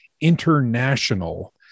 international